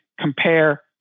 compare